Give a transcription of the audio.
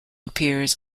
appears